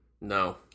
No